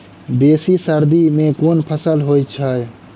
बेसी सर्दी मे केँ फसल होइ छै?